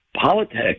politics